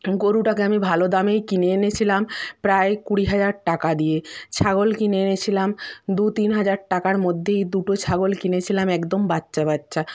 গরুটাকে আমি ভালো দামেই কিনে এনেছিলাম প্রায় কুড়ি হাজার টাকা দিয়ে ছাগল কিনে এনেছিলাম দু তিন হাজার টাকার মধ্যেই দুটো ছাগল কিনেছিলাম একদম বাচ্চা বাচ্চা